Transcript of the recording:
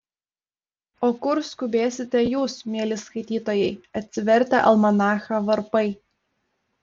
o kur skubėsite jūs mieli skaitytojai atsivertę almanachą varpai